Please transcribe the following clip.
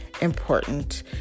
important